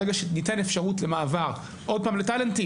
ברגע שניתן אפשרות למעבר לטאלנטים,